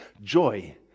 joy